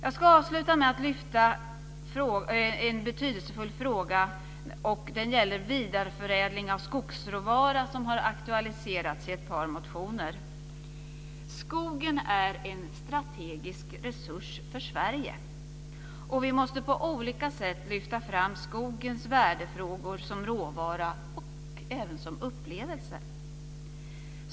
Jag ska lyfta fram en betydelsefull fråga, nämligen frågan om vidareförädling av skogsråvara som har aktualiserats i ett par motioner. Skogen är en strategisk resurs för Sverige. Vi måste på olika sätt lyfta fram värdefrågor som skogen som råvara och även som upplevelse.